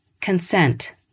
consent